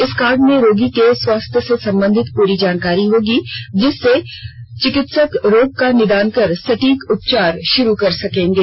इस कार्ड में रोगी के स्वास्थ्य से संबंधित पूरी जानकारी होगी जिससे चिकित्सक रोग का निदान कर सटीक उपचार शुरू कर सकेंगे